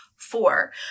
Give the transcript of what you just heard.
four